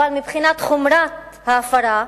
אבל מבחינת חומרת ההפרה,